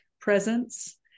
presence